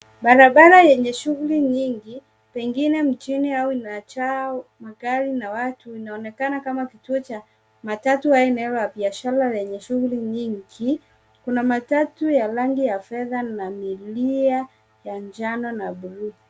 Barabara yenye shughuli nyingi pengine mjini inajaa magari na watu. Inaonekana kama kituo cha matatu au eneo la biashara lenye shughuli nyingi. Kuna matatu ya rangi ya fedha na milia ya njano na bluu.